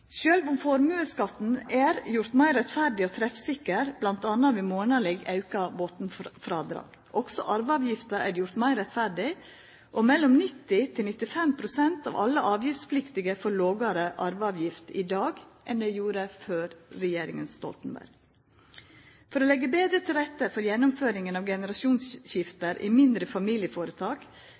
sjølv om formuesskatten er gjord meir rettferdig og treffsikker, bl.a. ved monaleg auka botnfrådrag. Også arveavgifta er gjord meir rettferdig. 90–95 pst. av alle avgiftspliktige får lågare arveavgift i dag enn dei gjorde før regjeringa Stoltenberg. For å leggja betre til rette for gjennomføringa av generasjonsskifte i mindre familieføretak